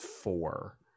four